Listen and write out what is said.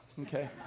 okay